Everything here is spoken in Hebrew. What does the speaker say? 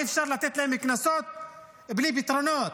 אי-אפשר לתת להם קנסות בלי פתרונות.